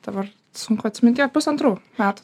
dabar sunku atsimint jo pusantrų metų